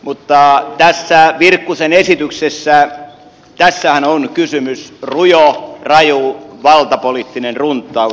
mutta tässä virkkusen esityksessähän on kysymyksessä rujo raju valtapoliittinen runttaus